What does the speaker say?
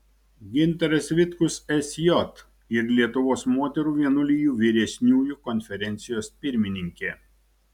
gintaras vitkus sj ir lietuvos moterų vienuolijų vyresniųjų konferencijos pirmininkė